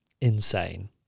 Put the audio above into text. insane